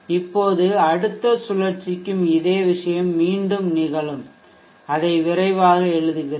இப்போது அடுத்த சுழற்சிக்கும் இதே விஷயம் மீண்டும் நிகழும் அதை விரைவாக எழுதுகிறேன்